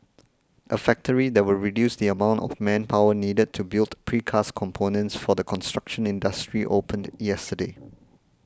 a factory that will reduce the amount of manpower needed to build precast components for the construction industry opened yesterday